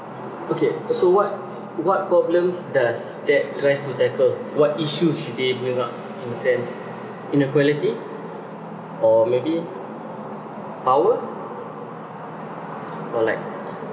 okay so what what problems does that try to tackle what issues should they bring up in a sense inequality or maybe power or like